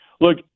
look